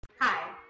Hi